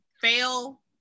fail